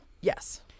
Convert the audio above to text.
Yes